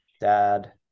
dad